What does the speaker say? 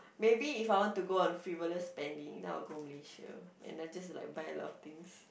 maybe if I want to go on frivolous spending then I will go Malaysia and then just like buy a lot of things